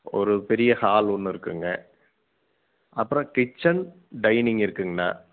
ஒரு பெரிய ஹால் ஒன்று இருக்குதுங்க அப்புறம் கிச்சன் டைனிங் இருக்குதுங்கண்ணா